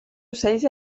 ocells